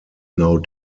now